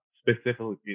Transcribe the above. specifically